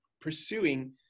pursuing